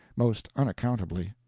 most unaccountably.